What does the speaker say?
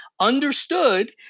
understood